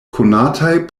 konataj